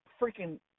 freaking